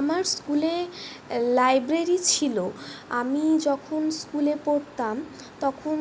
আমার স্কুলে লাইব্রেরি ছিল আমি যখন স্কুলে পড়তাম তখন